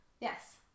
Yes